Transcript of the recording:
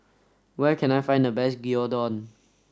where can I find the best Gyudon